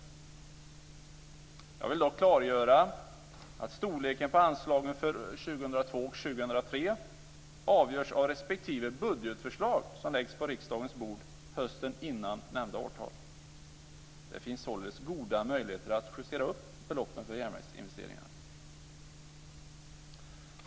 Jag vill dock klargöra att storleken på anslagen för år 2002 och år 2003 avgörs av respektive budgetförslag som läggs på riksdagens bord hösten innan nämnda årtal. Det finns således goda möjligheter att justera upp beloppen för järnvägsinvesteringar.